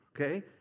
Okay